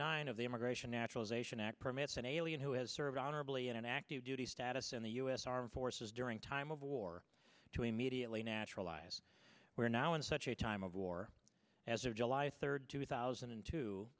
nine of the immigration naturalization act permits an alien who has served honorably in an active duty status in the us armed forces during time of war to immediately naturalized we're now in such a time of war as of july third two thousand and two